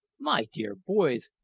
my dear boys,